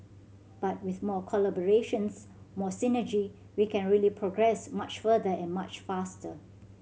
but with more collaborations more synergy we can really progress much further and much faster